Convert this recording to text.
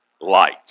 light